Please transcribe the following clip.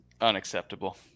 unacceptable